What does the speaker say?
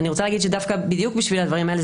אני רוצה להגיד שדווקא בדיוק בשביל הדברים האלה,